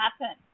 happen